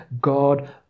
God